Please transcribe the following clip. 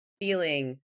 feeling